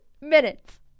minutes